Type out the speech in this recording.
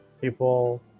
people